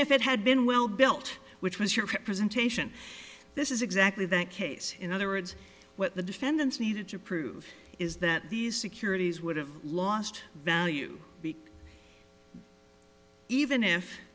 if it had been well built which was your representation this is exactly the case in other words what the defendants needed to prove is that these securities would have lost value even if